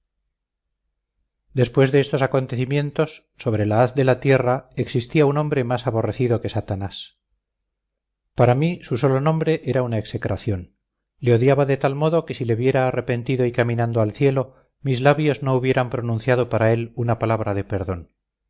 después de estos acontecimientos sobre la haz de la tierra existía un hombre más aborrecido que satanás para mí su sólo nombre era una execración le odiaba de tal modo que si le viera arrepentido y caminando al cielo mis labios no hubieran pronunciado para él una palabra de perdón